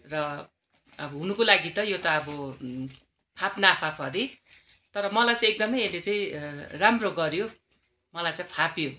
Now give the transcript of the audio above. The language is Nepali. र अब हुनुको लागि त यो त अब फाप नफाप हरे तर मलाई चाहिँ एकदमै यसले चाहिँ राम्रो गर्यो मलाई चाहिँ फाप्यो